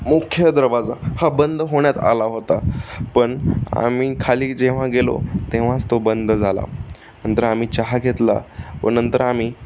मुख्य दरवाजा हा बंद होण्यात आला होता पण आम्ही खाली जेव्हा गेलो तेव्हाच तो बंद झाला नंतर आम्ही चहा घेतला व नंतर आम्ही